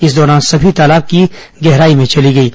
इस दौरान समी तालाब की गहराई में चली गईं